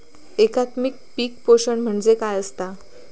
एकात्मिक पीक पोषण म्हणजे काय असतां?